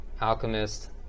Alchemist